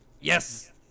Yes